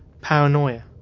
paranoia